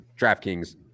DraftKings